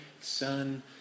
Son